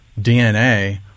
DNA